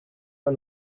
pas